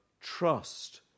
trust